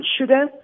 sugar